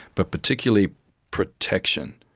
but particularly protection.